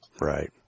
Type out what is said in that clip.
Right